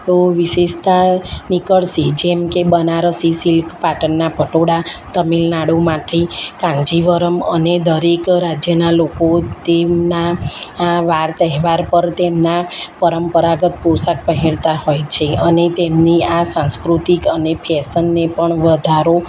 વિશેષતા નીકળશે જેમકે બનારસી સિલ્ક પાટણનાં પટોળાં તમિલનાડુમાંથી કાંજીવરમ અને દરેક રાજ્યનાં લોકો તેમના વાર તહેવાર પર તેમના પરંપરાગત પોશાક પહેરતાં હોય છે અને તેમની આ સાંસ્કૃતિક અને ફેશનને પણ વધારો